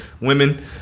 women